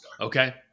Okay